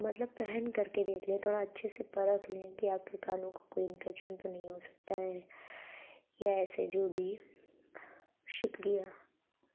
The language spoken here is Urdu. مطلب پہن کر کے دیکھ لیں تھوڑا اچھے سے پرکھ لیں کہ آپ کے کانوں کو کوئی انفیکشن تو نہیں ہو سکتا ہے یا ایسے جو بھی شکریہ